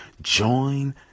Join